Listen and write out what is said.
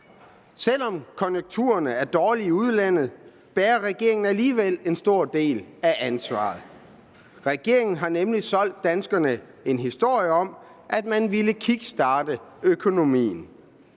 Selv om konjunkturerne er dårlige i udlandet, bærer regeringen alligevel en stor del af ansvaret. Regeringen har nemlig solgt danskerne en historie om, at man vil kickstarte økonomien.